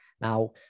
now